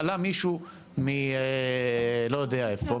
עלה מישהו מלא יודע איפה,